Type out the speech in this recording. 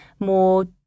more